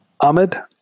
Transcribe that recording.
Ahmed